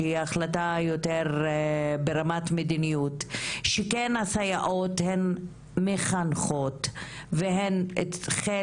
שהיא החלטה ברמת מדיניות שכן הסייעות הן מחנכות ובראיה